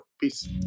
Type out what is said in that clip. Peace